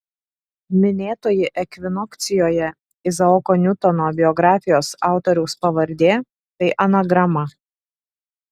minėtoji ekvinokcijoje izaoko niutono biografijos autoriaus pavardė tai anagrama